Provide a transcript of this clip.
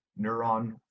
neuron